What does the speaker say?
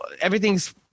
everything's